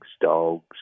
dogs